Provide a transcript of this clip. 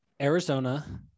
Arizona